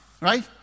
right